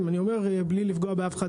בלי לפגוע באף אחד,